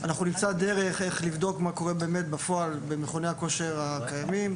אנחנו נמצא דרך איך לבדוק מה קורה באמת בפועל במכוני הכושר הקיימים,